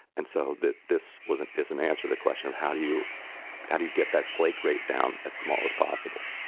and so that this wasn't is an answer the question of how do you how do you get that flake rate down as small as possible?